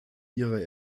ihrer